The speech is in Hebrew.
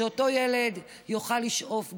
שאותו ילד יוכל לשאוף גבוה,